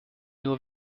nur